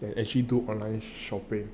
or actually do online shopping